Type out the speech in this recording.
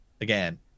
again